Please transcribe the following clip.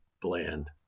bland